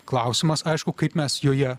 klausimas aišku kaip mes joje